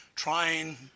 trying